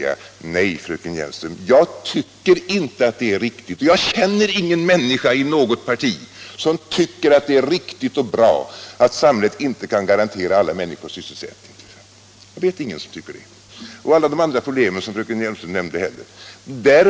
Nej, fröken Hjelmström, jag tycker inte att det är riktigt, och jag känner ingen människa i något parti som tycker att det är riktigt och bra, att samhället inte kan garantera alla människor sysselsättning eller lösa de andra problem som fröken Hjelmström nämnde.